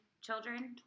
children